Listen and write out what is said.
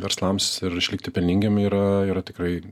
verslams ir išlikti pelningiem yra yra tikrai